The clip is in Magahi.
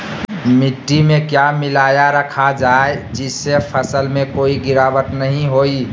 मिट्टी में क्या मिलाया रखा जाए जिससे फसल में कोई गिरावट नहीं होई?